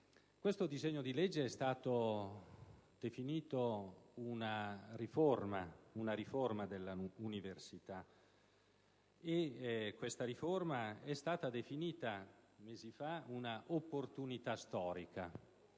Questo disegno di legge è stato definito una riforma dell'università e questa riforma è stata definita mesi fa una opportunità storica.